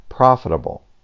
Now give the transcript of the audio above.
profitable